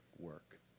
work